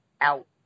out